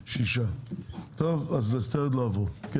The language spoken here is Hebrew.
6. הצבעה בעד ההסתייגויות 5 נגד, 6